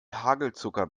hagelzucker